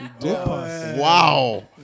wow